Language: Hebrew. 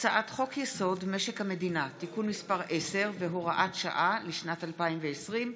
הצעת חוק-יסוד: משק המדינה (תיקון מס' 10 והוראת שעה לשנת 2020)